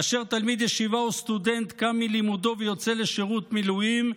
כאשר תלמיד ישיבה או סטודנט קם מלימודו ויוצא לשירות מילואים,